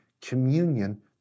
communion